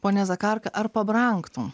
pone zakarka ar pabrangtų